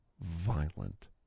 Violent